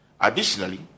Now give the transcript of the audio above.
Additionally